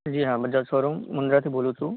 જી હા બજાજ શોરૂમ મુન્દ્રાથી બોલું છું